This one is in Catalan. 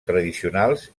tradicionals